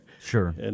Sure